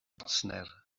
bartner